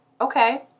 okay